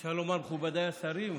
אפשר לומר "מכובדיי השרים"?